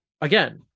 again